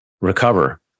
recover